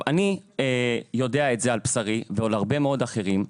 אני יודע את זה על בשרי וכך גם הרבה מאוד אחרים.